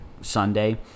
Sunday